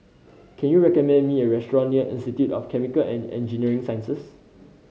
can you recommend me a restaurant near Institute of Chemical and Engineering Sciences